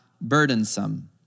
burdensome